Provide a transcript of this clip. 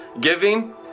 giving